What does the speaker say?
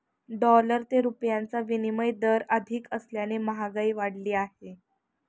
dollar ते रुपयाचा विनिमय दर अधिक असल्याने महागाई वाढली आहे